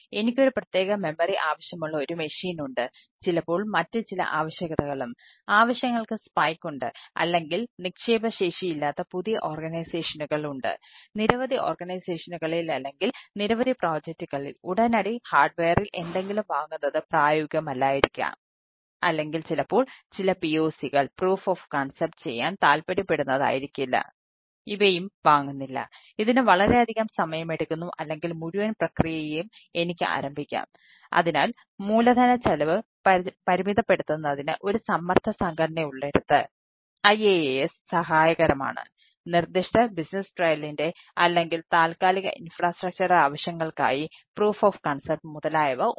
എനിക്ക് ഒരു പ്രത്യേക മെമ്മറി മുതലായവ ഉണ്ട്